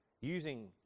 using